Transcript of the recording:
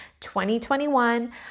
2021